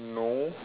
no